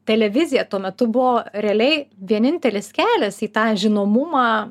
televizija tuo metu buvo realiai vienintelis kelias į tą žinomumą